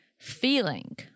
feeling